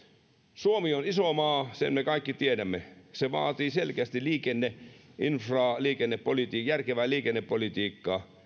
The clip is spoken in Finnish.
suomi on iso maa sen me kaikki tiedämme se vaatii selkeästi liikenneinfraa ja järkevää liikennepolitiikkaa